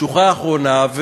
שוחה אחרונה,